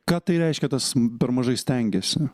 ką tai reiškia tas per mažai stengiasi